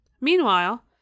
Meanwhile